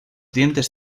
dientes